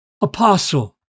apostle